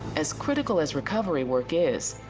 as critical as recovery work is,